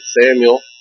Samuel